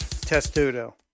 Testudo